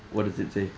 what does it say